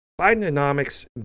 Bidenomics